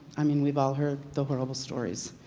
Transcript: i mean, we've all heard the horrible stories.